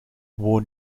woon